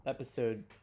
episode